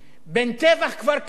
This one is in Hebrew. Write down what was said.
בין טבח כפר-קאסם